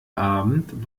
abend